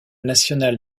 nationale